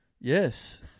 Yes